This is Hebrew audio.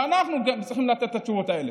ואנחנו גם צריכים לתת את התשובות האלה.